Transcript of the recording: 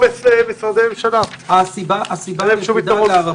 הסיבה היחידה להערכתי,